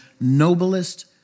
noblest